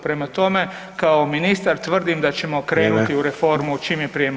Prema tome, kao ministar tvrdim da ćemo krenuti u reformu čim je prije moguće.